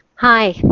hi,